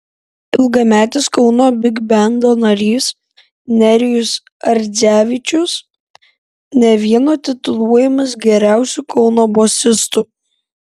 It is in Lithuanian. ilgametis kauno bigbendo narys nerijus ardzevičius ne vieno tituluojamas geriausiu kauno bosistu